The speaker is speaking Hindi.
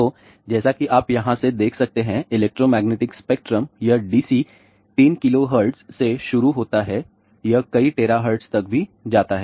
तो जैसा कि आप यहाँ से देख सकते हैं इलेक्ट्रोमैग्नेटिक स्पेक्ट्रम यह DC 3 KHz से शुरू होता है यह कई THz तक भी जाता है